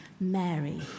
Mary